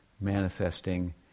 manifesting